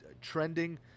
trending